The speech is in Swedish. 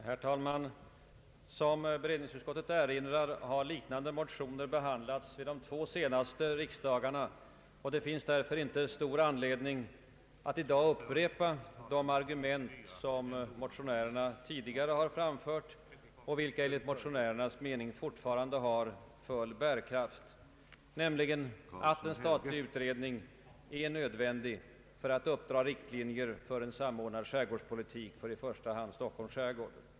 Herr talman! Som allmänna beredningsutskottet erinrar om har motioner med liknande yrkande som i de här föreliggande behandlats vid de två senaste riksdagarna. Det finns därför inte stor anledning att i dag upprepa de argument som motionärerna tidigare har framfört och vilka enligt motiorärernas mening fortfarande har full bärkraft, nämligen att en statlig utredning är nödvändig för att uppdra riktlinjer för en samordnad skärgårdspolitik för i första hand Stockholms skärgård.